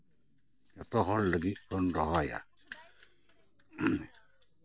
ᱡᱚᱛᱚᱦᱚᱲ ᱞᱟᱹᱜᱤᱫ ᱵᱚᱱ ᱨᱚᱦᱚᱭᱟ